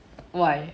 why why